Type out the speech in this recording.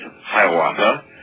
Hiawatha